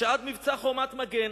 שעד מבצע "חומת מגן",